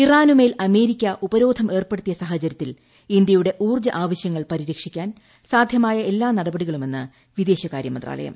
ഇറാനുമേൽ America ഉപരോധം ഏർപ്പെടുത്തിയ സാഹചരൃത്തിൽ ഇന്ത്യയുടെ ഊർജ്ജ ആവശൃങ്ങൾ പരിരക്ഷിക്കാൻ സാധ്യമായ എല്ലാ നടപടികളുമെന്ന് വിദേശകാര്യ മന്ത്രാലയം